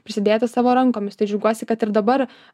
prisidėti savo rankomis tai džiaugiuosi kad ir dabar